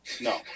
No